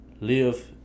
live